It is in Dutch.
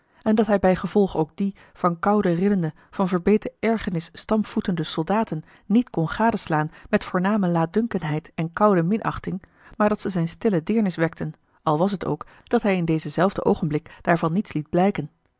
en dat hij bijgevolg ook die van koude rillende van verbeten ergernis stampvoetende soldaten niet kon gadeslaan met voorname laatdunkendheid en koude minachting maar dat ze zijne stille deernis wekten al was het ook dat hij in dezen zelfden oogenblik daarvan niets liet blijken